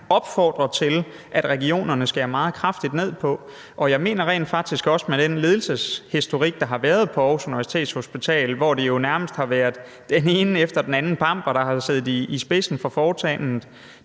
opfordre til at regionerne skærer meget kraftigt ned på. Og jeg mener rent faktisk også, at med den ledelseshistorik, der har været på Aarhus Universitetshospital, hvor det jo nærmest har været den ene pamper efter den anden, der har siddet i spidsen for foretagendet,